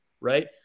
Right